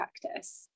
practice